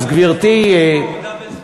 אז, גברתי, יש פה double standard,